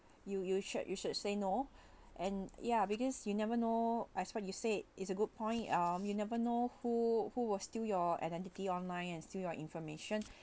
you you should you should say no and ya because you never know I as what you said is a good point um you never know who who will steal your identity online and steal your information